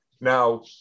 Now